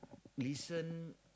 listen